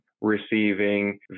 receiving